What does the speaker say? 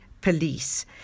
Police